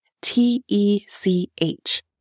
T-E-C-H